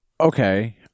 Okay